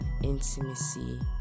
intimacy